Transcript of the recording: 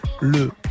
le